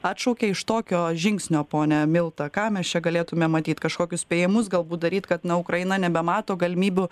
atšaukė iš tokio žingsnio pone milta ką mes čia galėtume matyt kažkokius spėjimus galbūt daryt kad nuo ukraina nebemato galimybių